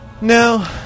No